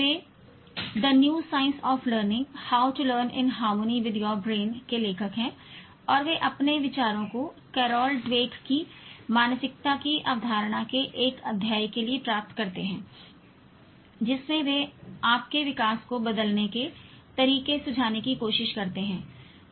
way the new science of learning harmony to learn with your brain The New Science of Learning How to Learn in Harmony with Your Brain के लेखक हैं और वे अपने विचारों को Carol Dweck की मानसिकता की अवधारणा के एक अध्याय के लिए प्राप्त करते हैं जिसमें वे आपके विकास को बदलने के तरीके सुझाने की कोशिश करते हैं